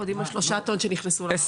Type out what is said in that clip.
אנחנו יודעים על שלושה טון שנכנסו לארץ.